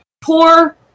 poor